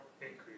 increase